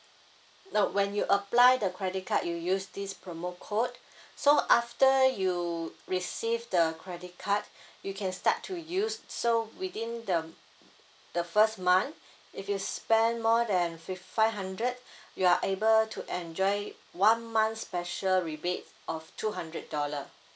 no when you apply the credit card you use this promo code so after you receive the credit card you can start to use so within the the first month if you spend more than fif~ five hundred you are able to enjoy it one month special rebate of two hundred dollar